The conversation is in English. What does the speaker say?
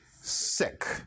sick